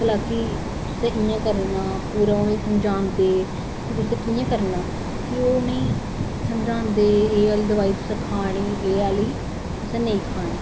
भला कि तुसे इयां करना पूरा उनेंगी समझांदे तुसें कियां करना फिह् ओह् उनेंगी समझांदे एह् आहली दवाई तुसें खानी एह् आहली तुसे नेईं खानी